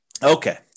Okay